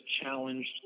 challenged